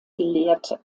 gelehrte